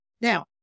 Now